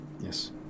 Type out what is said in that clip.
yes